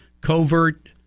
covert